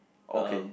okay